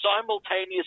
simultaneous